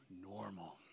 normal